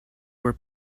were